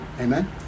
Amen